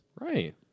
Right